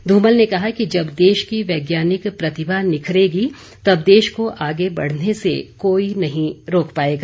धूमल ने कहा कि जब देश की वैज्ञानिक प्रतिभा निखरेगी तब देश को आगे बढ़ने से कोई नहीं रोक पाएगा